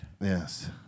Yes